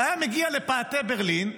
היה מגיע לפאתי ברלין,